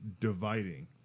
dividing